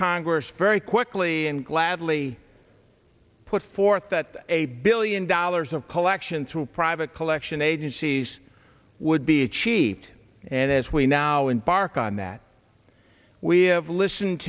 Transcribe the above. congress very quickly and gladly put forth that a billion dollars of collection through private collection agencies would be achieved and as we now embark on that we have listened